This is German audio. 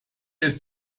ist